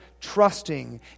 trusting